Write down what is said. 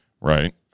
right